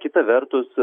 kita vertus